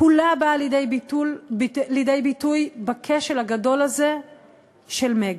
כולה באה לידי ביטוי בכשל הגדול הזה של "מגה".